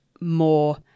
more